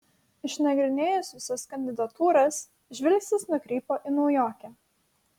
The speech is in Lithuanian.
išnagrinėjus visas kandidatūras žvilgsnis nukrypo į naujokę